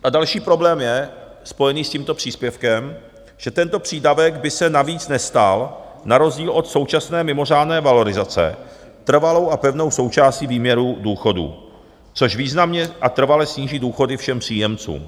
A další problém je spojený s tímto příspěvkem, že tento přídavek by se navíc nestal na rozdíl od současné mimořádné valorizace trvalou a pevnou součástí výměru důchodů, což významně a trvale sníží důchody všem příjemcům.